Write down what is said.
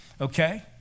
Okay